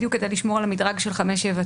בדיוק כדי לשמור על המדרג של חמש שנים,